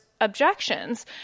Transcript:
objections